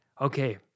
Okay